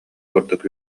курдук